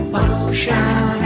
ocean